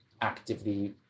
actively